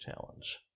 challenge